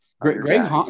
Greg